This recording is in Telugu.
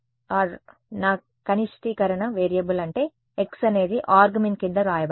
అర్ నా కనిష్టీకరణ వేరియబుల్ అంటే x అనేది ఆర్గ్మిన్ క్రింద వ్రాయబడింది